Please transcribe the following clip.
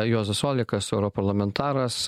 juozas olekas europarlamentaras